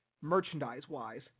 merchandise-wise